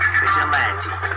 vigilante